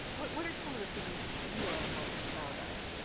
what what are some of the things you are most proud of?